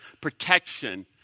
protection